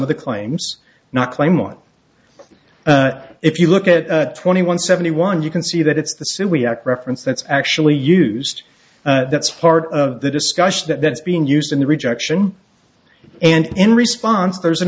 of the claims not claim one if you look at twenty one seventy one you can see that it's the sui act reference that's actually used that's part of the discussion that is being used in the rejection and in response there's an